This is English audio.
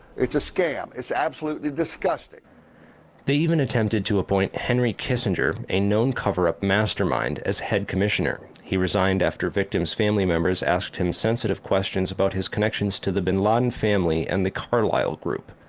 it's a scam! it's absolutely disgusting they even attempted to appoint henry kissinger, a known cover-up master mind, as head commissioner, he resigned after victim's family members asked him sensitive questions about his connections to the bin laden family and the carlyle group.